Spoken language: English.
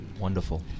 Wonderful